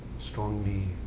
strongly